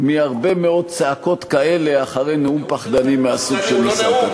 מהרבה מאוד צעקות כאלה אחרי נאום פחדני מהסוג שנשאת.